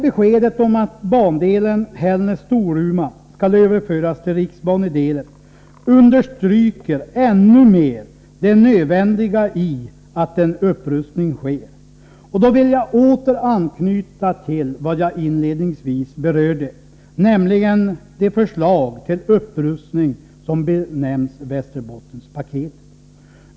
Beskedet om att bandelen Hällnäs-Storuman skall överföras till riksbanedelen understryker ännu mer det nödvändiga i att en upprustning sker, och då vill jag åter anknyta till vad jag inledningsvis berörde, nämligen det förslag till upprustning som benämns Västerbottenspaketet.